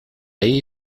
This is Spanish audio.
ahí